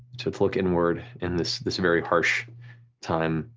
to to look inward in this this very harsh time,